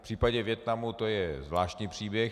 V případě Vietnamu to je zvláštní příběh.